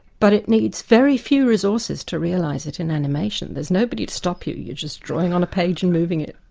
but it needs very few resources to realise it in animation. there's nobody to stop you, you're just drawing on a page and moving it.